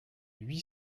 huit